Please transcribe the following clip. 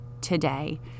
today